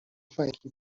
مفنگی